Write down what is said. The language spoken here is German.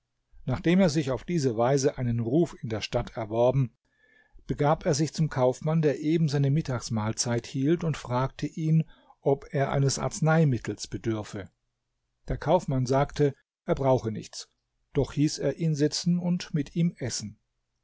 nachdem er sich auf diese weise einen ruf in der stadt erworben begab er sich zum kaufmann der eben seine mittagsmahlzeit hielt und fragte ihn ob er eines arzneimittels bedürfe der kaufmann sagte er brauche nichts doch hieß er ihn sitzen und mit ihm essen